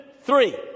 three